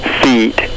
feet